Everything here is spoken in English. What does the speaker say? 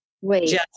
wait